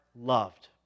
loved